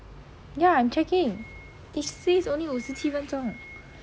ya I'm checking it says only 五十七分钟